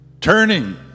Turning